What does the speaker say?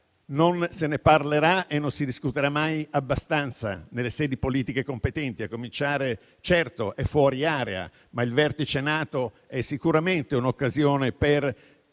non si parlerà e non si discuterà mai abbastanza nelle sedi politiche competenti, a cominciare - anche se "fuori area" - dal vertice NATO, che è sicuramente un'occasione per